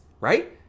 right